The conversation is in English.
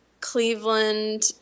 Cleveland